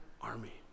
army